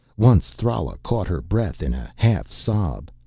once thrala caught her breath in a half sob.